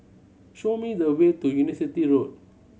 show me the way to University Road